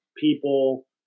People